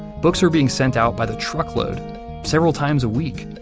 books were being sent out by the truckload several times a week.